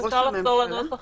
אז אפשר לחזור לנוסח הממשלתי.